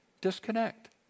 disconnect